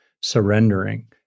surrendering